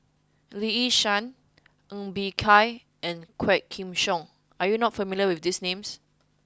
Lee Yi Shyan Ng Bee Kia and Quah Kim Song are you not familiar with these names